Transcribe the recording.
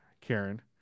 Karen